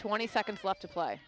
twenty seconds left to play